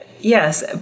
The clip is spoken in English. yes